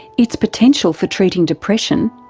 its potential for treating depression,